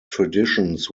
traditions